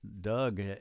Doug